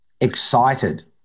excited